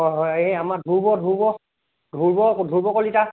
হয় হয় এই আমাৰ ধ্ৰুব ধ্ৰুব ধ্ৰুব ধ্ৰুব কলিতা